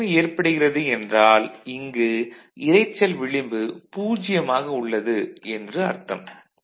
இந்நிலைமை ஏற்படுகிறது என்றால் இங்கு இரைச்சல் விளிம்பு பூஜ்யமாக உள்ளது என்று அர்த்தம்